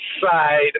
side